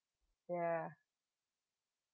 ya